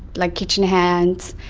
like kitchen hands.